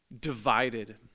divided